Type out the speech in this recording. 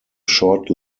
short